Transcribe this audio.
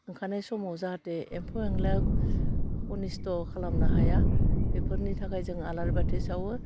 ओंखारनाय समाव जाहाथे एम्फौ एंला उन्निस्ट' खालामनो हाया बेफोरनि थाखाय जोङो आलारि बाथि सावो